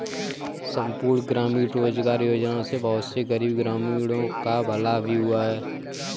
संपूर्ण ग्रामीण रोजगार योजना से बहुत से गरीब ग्रामीणों का भला भी हुआ है